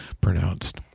pronounced